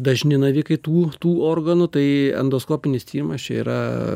dažni navikai tų tų organų tai endoskopinis tyrimas čia yra